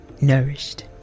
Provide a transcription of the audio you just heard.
nourished